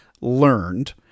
learned